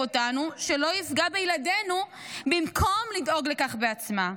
אותנו שלא יפגע בילדינו במקום לדאוג לכך בעצמה,